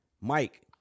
Mike